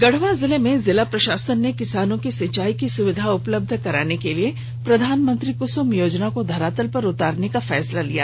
गढ़वा जिले में जिला प्रशासन ने किसानों के सिंचाई की सुविधा उपलब्ध कराने के लिए प्रधानमंत्री कुसुम योजना को धरातल पर उतारने का फैसला लिया